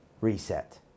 Reset